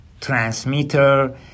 transmitter